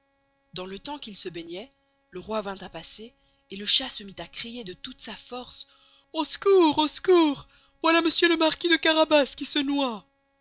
dans le temps qu'il se baignoit le roy vint à passer et le chat se mit à crier de toute sa force au secours au secours voilà monsieur le marquis de carabas qui se noye